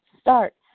start